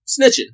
snitching